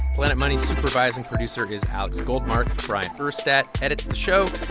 planet money's supervising producer is alex goldmark. bryant urstadt edits the show.